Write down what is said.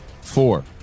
four